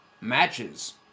matches